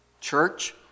church